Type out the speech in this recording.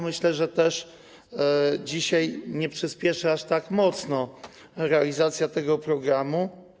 Myślę, że też dzisiaj nie przyspieszy aż tak mocno realizacja tego programu.